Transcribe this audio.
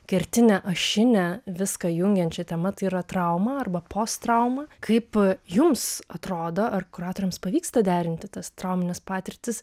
kertine ašine viską jungiančia tema tai yra trauma arba postrauma kaip jums atrodo ar kuratoriams pavyksta derinti tas traumines patirtis